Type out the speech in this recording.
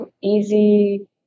easy